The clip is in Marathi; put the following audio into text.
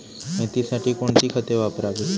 मेथीसाठी कोणती खते वापरावी?